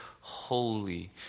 holy